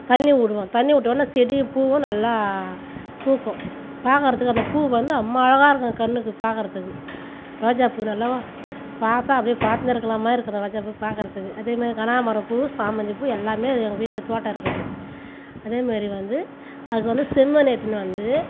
தண்ணி விடுவோம் தண்ணி விட்ட உடனே செடி பூவும் நல்லா பூக்கும் பாக்கிறதுக்கு அந்த பூ வந்து அம்மாழகாக இருக்கும் கண்ணுக்கு பாக்கிறதுக்கு ரோஜா பூ நல்ல பார்த்தா அப்படியே பார்த்துகிட்டு இருக்கிற மாதிரி இருக்கும் அந்த ரோஜா பூ பாக்கிறதுக்கு அதேமாதிரி கனகாம்பரம் பூ சாமந்தி பூ எல்லாம் எங்கள் வீட்டில் தோட்டம் இருக்குது அதேமாதிரி வந்து அதுக்கு வந்து செம்மண் எடுத்துன்னு வந்து